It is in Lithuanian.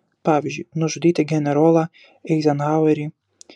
pavyzdžiui nužudyti generolą eizenhauerį